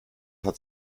hat